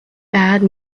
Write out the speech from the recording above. bad